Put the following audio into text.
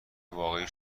واقعی